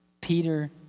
Peter